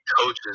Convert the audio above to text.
coaches